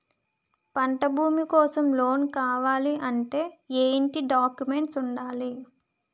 పంట భూమి కోసం లోన్ కావాలి అంటే ఏంటి డాక్యుమెంట్స్ ఉండాలి?